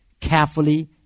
carefully